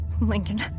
Lincoln